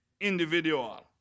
individual